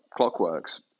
Clockworks